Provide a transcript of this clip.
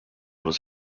was